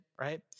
right